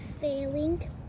failing